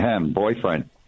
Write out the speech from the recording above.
boyfriend